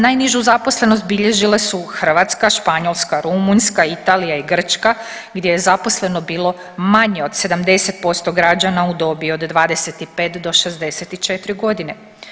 Najnižu zaposlenost bilježile su Hrvatska, Španjolska, Rumunjska, Italija i Grčka gdje je zaposleno bilo manje od 70% građana u dobi od 25. do 64.g.